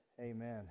Amen